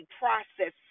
process